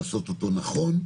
לעשות אותו נכון.